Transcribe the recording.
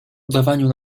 udawaniu